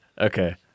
okay